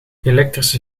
elektrische